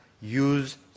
use